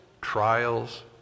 trials